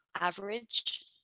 average